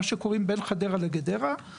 מה שקוראים בין חדרה לגדרה,